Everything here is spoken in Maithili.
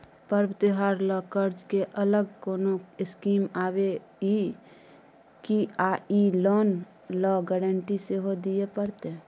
पर्व त्योहार ल कर्ज के अलग कोनो स्कीम आबै इ की आ इ लोन ल गारंटी सेहो दिए परतै?